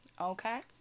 Okay